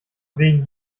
wegen